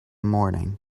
morning